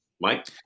Mike